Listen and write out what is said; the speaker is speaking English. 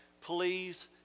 please